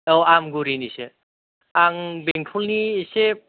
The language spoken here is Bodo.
औ आमगुरिनिसो आं बेंटलनि इसे